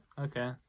okay